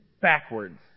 backwards